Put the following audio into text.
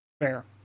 Fair